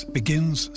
begins